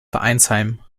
vereinsheim